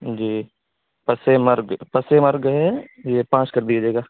جی پس مرگ پس مرگ ہے یہ پانچ کر دیجیے گا